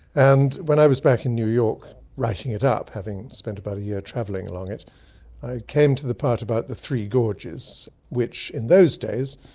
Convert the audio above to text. and when i was back in new york writing it up having spent about a year travelling along it, i came to the part about the three gorges, which in those days,